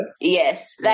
Yes